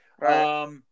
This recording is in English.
right